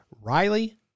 Riley